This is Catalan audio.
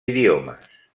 idiomes